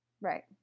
Right